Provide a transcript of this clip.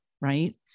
right